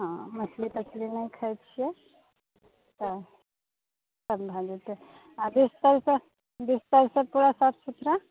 हँ मछली तछली नहि खाइत छियै तऽ सभ भै जेतै आ बिस्तर सभ बिस्तर सभ पूरा साफ सुथड़ा